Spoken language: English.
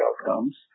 outcomes